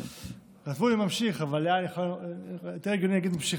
כתבו לי "ממשיך", אבל יותר הגיוני להגיד "ממשיכה".